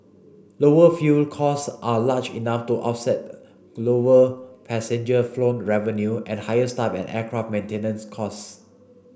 lower fuel costs are large enough to offset lower passenger flown revenue and higher staff and aircraft maintenance costs